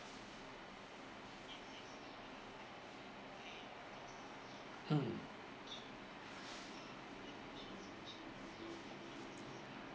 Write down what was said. mm